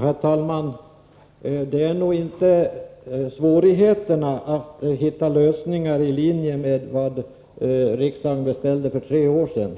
Herr talman! Det är nog inte svårigheter att hitta en lösning i linje med vad riksdagen beställde för tre år sedan